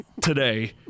today